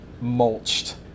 mulched